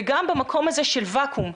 וגם במקום הזה של ואקום,